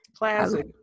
Classic